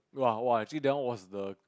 !wah! !wah! actually that one was the